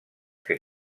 que